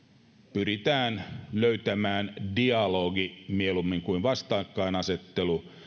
pyritään löytämään dialogi mieluummin kuin vastakkainasettelu